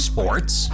Sports